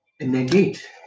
negate